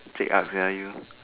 chek-ak sia you